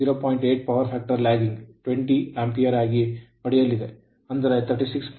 8ಪವರ್ factor lagging 20 Ampere ಯಾಗಿ ಪಡೆಯಲಿದೆ